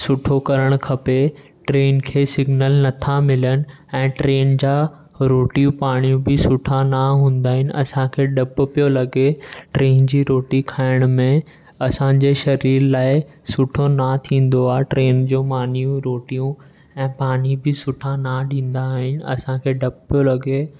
सुठो करणु खपे ट्रेन खे सिग्नल नथा मिलनि ऐं ट्रेन जा रोटियू पाणियूं बि सुठा ना हूंदा आहिनि असांखे डपु पियो लॻे ट्रेन जी रोटी खाइण में असांजे सरीर लाइ सुठो ना थींदो आहे ट्रेन जो मानियूं रोटियूं ऐं पाणी बि सुठा ना ॾींदा आहिनि असांखे डपु पियो लॻे